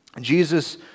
Jesus